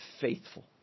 faithful